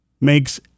makes